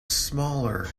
smaller